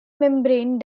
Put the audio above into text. membrane